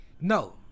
No